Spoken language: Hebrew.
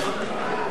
הממשלה (קרן לחלוקת כספים בעד נכסים של גופים ממשלתיים),